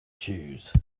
choose